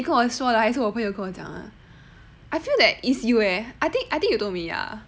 你跟我说的还是我的朋友跟我讲 I feel that is you eh I think you told me ya